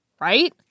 right